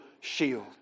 shield